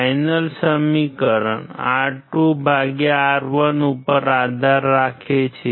final સમીકરણ R2R1 ઉપર આધાર રાખે છે